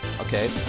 Okay